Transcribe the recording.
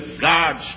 God's